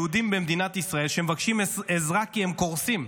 יהודים במדינת ישראל שמבקשים עזרה כי הם קורסים,